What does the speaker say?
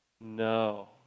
no